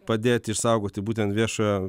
padėti išsaugoti būtent viešojo